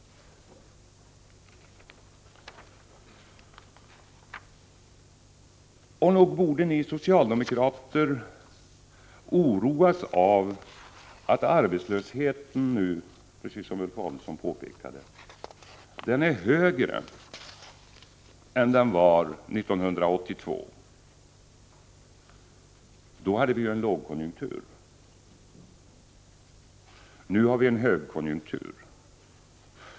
Nog borde ni socialdemokrater oroas av att arbetslösheten nu, precis som Ulf Adelsohn påpekade, är högre än den var 1982. Då hade vi en lågkonjunktur. Nu har vi en högkonjunktur.